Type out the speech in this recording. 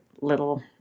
little